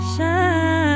Shine